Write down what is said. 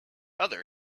other